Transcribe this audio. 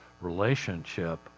relationship